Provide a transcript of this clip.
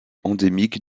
endémique